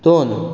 दोन